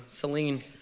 Celine